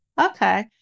okay